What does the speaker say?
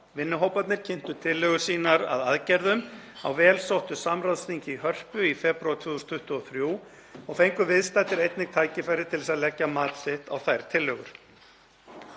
Vinnuhóparnir kynntu tillögur sínar að aðgerðum á vel sóttu samráðsþingi í Hörpu í febrúar 2023 og fengu viðstaddir einnig tækifæri til þess að leggja mat sitt á þær tillögur.